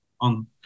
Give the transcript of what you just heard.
on